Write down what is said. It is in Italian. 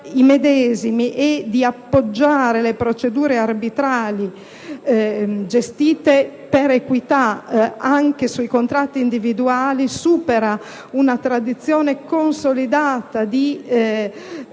i medesimi e di appoggiare le procedure arbitrali, gestite per equità anche sui contratti individuali, supera una tradizione consolidata di